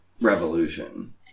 Revolution